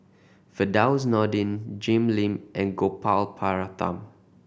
Firdaus Nordin Jim Lim and Gopal Baratham